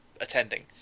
attending